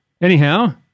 Anyhow